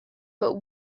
but